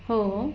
हो